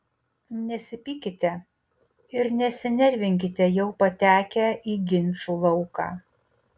nesipykite ir nesinervinkite jau patekę į ginčų lauką